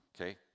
okay